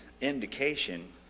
indication